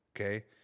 okay